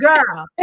Girl